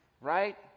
right